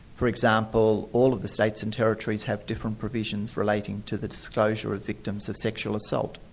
for example, all of the states and territories have different provisions relating to the disclosure of victims of sexual assault.